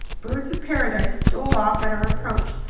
birds of paradise stole off at our approach,